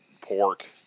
pork